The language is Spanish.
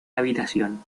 habitación